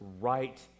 right